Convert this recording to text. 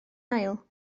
ail